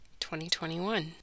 2021